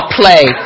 play